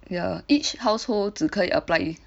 ya each household 只可以 apply